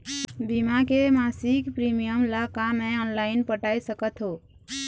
बीमा के मासिक प्रीमियम ला का मैं ऑनलाइन पटाए सकत हो?